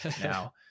now